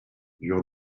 dur